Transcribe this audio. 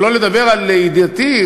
שלא לדבר על גברתי,